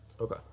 Okay